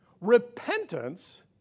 Repentance